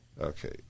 Okay